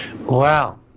Wow